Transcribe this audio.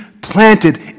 planted